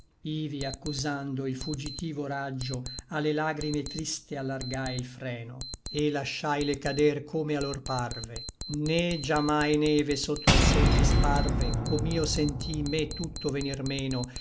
ivi accusando il fugitivo raggio a le lagrime triste allargai l freno et lasciaile cader come a lor parve né già mai neve sotto al sol disparve com'io sentí me tutto venir meno